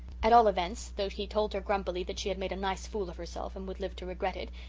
at all events, though he told her grumpily that she had made a nice fool of herself, and would live to regret it,